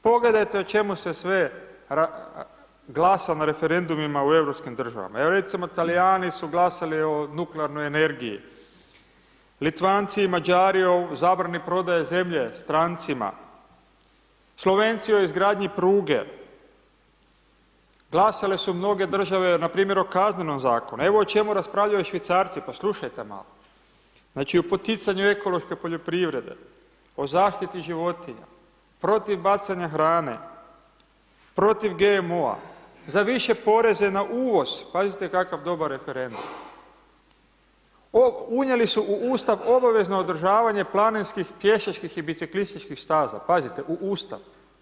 Pogledajte o čemu se sve glasa na referendumima u europskim državama, evo recimo Talijani su glasali o nuklearnoj energiji, Litvanci i Mađari o zabrani prodaje zemlje strancima, Slovenci o izgradnji pruge, glasale su mnoge države na primjer o Kaznenom zakonu, evo o čemu raspravljaju Švicarci, pa slušajte malo, znači o poticanju ekološke poljoprivrede, o zaštiti životinja, protiv bacanja hrane, protiv GMO-a, za više poreze na uvoz, pazite kakav dobar referendum, o, unijeli su u Ustav obavezno održavanje planinskih pješačkih i biciklističkih staza, pazite u Ustav.